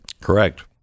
Correct